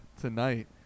tonight